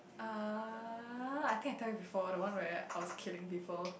uh I think I tell you before the one where I was killing people